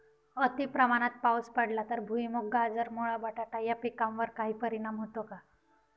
अतिप्रमाणात पाऊस पडला तर भुईमूग, गाजर, मुळा, बटाटा या पिकांवर काही परिणाम होतो का?